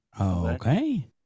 Okay